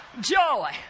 joy